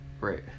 Right